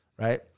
right